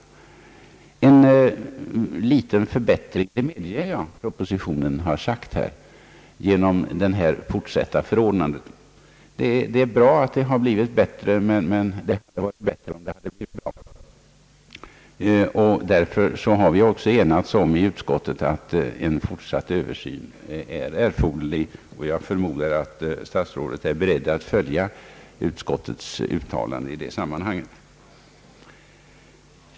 Jag medger att propositionens förslag innebär en liten förbättring genom de fortsatta förordnandena. Det är bra att det blivit bättre, men det hade varit bättre om det blivit bra. Därför har vi i utskottet enats om att en fortsatt översyn är erforderlig, och jag förmodar att statsrådet är beredd att följa utskottets uttalande i detta sammanhang.